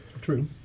True